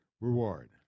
reward